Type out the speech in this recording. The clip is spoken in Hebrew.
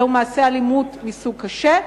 זהו מעשה אלימות מסוג קשה,